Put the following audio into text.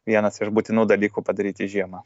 vienas iš būtinų dalykų padaryti žiemą